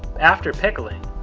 after pickling,